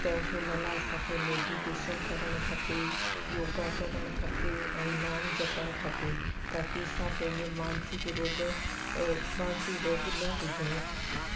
त हुन लाइ असांखे मेडिटेशन करणु खपे योगा करणु खपे ऐं नाम जपणु खपे ताकी असां पंहिंजे मानसिक रोग मानसिक रोग न हुजिणो खपे